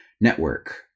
network